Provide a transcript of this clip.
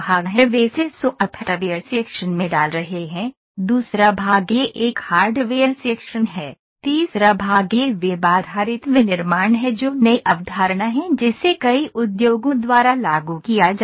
वे इसे software section में डाल रहे हैं दूसरा भाग यह एक हार्डवेयर सेक्शन है तीसरा भाग यह वेब आधारित विनिर्माण है जो नई अवधारणा है जिसे कई उद्योगों द्वारा लागू किया जा रहा है